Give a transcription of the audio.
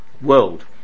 world